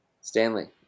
Stanley